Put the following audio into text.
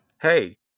Hey